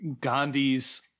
gandhi's